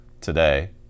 today